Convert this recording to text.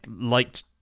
liked